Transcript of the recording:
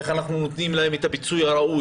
איך נותנים להם את הפיצוי הכספי הראוי,